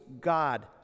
God